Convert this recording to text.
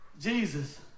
Jesus